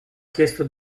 chiesto